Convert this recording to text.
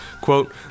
Quote